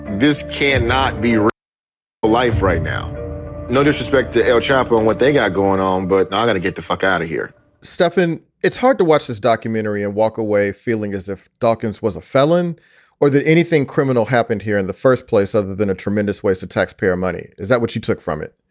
this can not be your life right now no disrespect to el chapo and what they got going on, but not going to get the fuck out of here stefan, it's hard to watch this documentary and walk away feeling as if dawkins was a felon or anything criminal happened here in the first place other than a tremendous waste of taxpayer money. is that what you took from it?